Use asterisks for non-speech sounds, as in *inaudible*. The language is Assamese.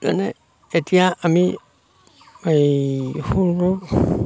মানে এতিয়া আমি এই *unintelligible*